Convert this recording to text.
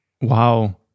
Wow